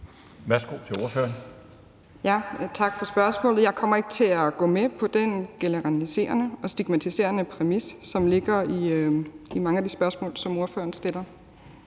Liliendahl Brydensholt (ALT): Tak for spørgsmålet. Jeg kommer ikke til at gå med på den generaliserende og stigmatiserende præmis, som ligger i mange af de spørgsmål, som ordføreren stiller.